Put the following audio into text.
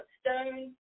stone